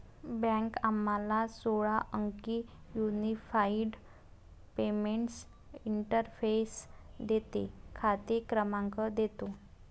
bank आम्हाला सोळा अंकी युनिफाइड पेमेंट्स इंटरफेस देते, खाते क्रमांक देतो